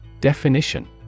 Definition